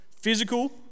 Physical